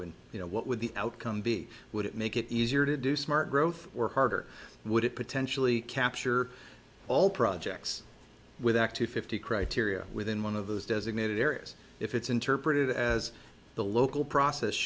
and you know what would the outcome be would it make it easier to do smart growth work harder would it potentially capture all projects with active fifty criteria within one of those designated areas if it's interpreted as the local process